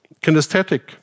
kinesthetic